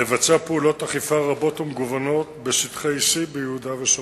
לבצע פעולות אכיפה רבות ומגוונות בשטחי C ביהודה ושומרון.